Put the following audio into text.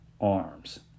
arms